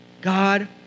God